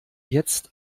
jetzt